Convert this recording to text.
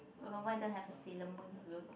why don't have a Sailor-Moon road